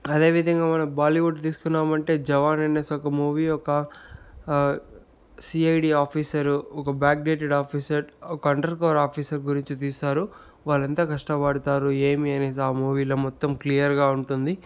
అదేవిధంగా మన బాలీవుడ్ తీసుకున్నామంటే జవాన్ అనేసి మూవీ ఒక సీఐడీ ఆఫీసర్ ఒక బ్యాక్ డేటెడ్ ఆఫీసర్ ఒక అండర్కవర్ ఆఫీసర్ గురించి తీస్తారు వాళ్ళు ఎంత కష్టపడుతారు ఏమీ అనేసి ఆ మూవీలో మొత్తం క్లియర్గా ఉంటుంది